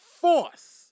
force